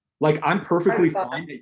like i'm perfectly fine